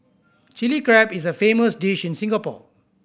Chilli Crab is a famous dish in Singapore